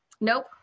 Nope